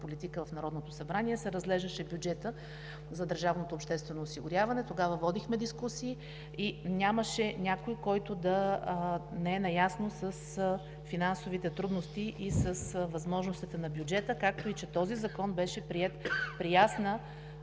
политика в Народното събрание се разглеждаше бюджетът за държавното обществено осигуряване. Тогава водихме дискусии и нямаше някой, който да не е наясно с финансовите трудности и с възможностите на бюджета, както и че този закон беше приет при ясна